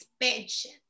expansion